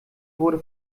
wurde